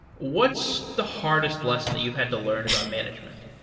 what's the hardest lesson that you've had to learn about management?